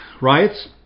Riots